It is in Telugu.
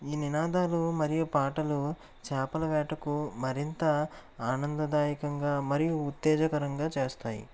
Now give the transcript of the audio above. ఈ నినాదాలు మరియు పాటలు చేపల వేటకు మరింత ఆనందదాయకంగా మరియు ఉత్తేజకరంగా చేస్తాయి